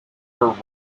her